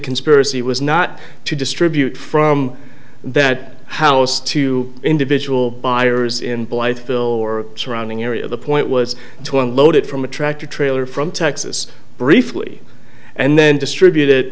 conspiracy was not to distribute from that house to individual buyers in blight film or surrounding area the point was to unload it from a tractor trailer from texas briefly and then distribute